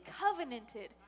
covenanted